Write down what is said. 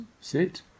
sit